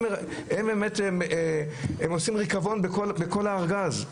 הם עושים ריקבון בכל הארגז,